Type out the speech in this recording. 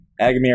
Agamir